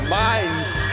minds